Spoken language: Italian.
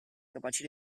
capaci